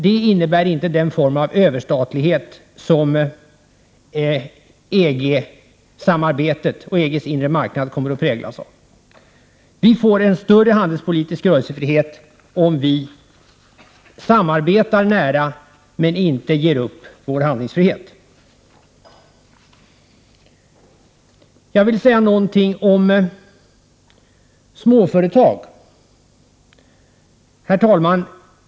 Det innebär inte den form av överstatlighet som EG-samarbetet och EG:s inre marknad kommer att präglas av. Vi får en större handelspolitisk rörelsefrihet om vi samarbetar nära men inte ger upp vår handlingsfrihet. Herr talman! Jag vill säga någonting om småföretag.